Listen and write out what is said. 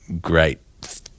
great